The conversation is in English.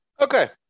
Okay